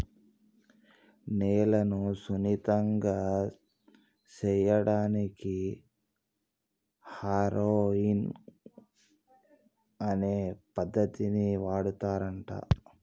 నేలను సున్నితంగా సేయడానికి హారొయింగ్ అనే పద్దతిని వాడుతారంట